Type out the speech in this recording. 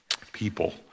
people